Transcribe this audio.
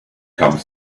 come